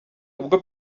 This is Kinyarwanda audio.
ubwo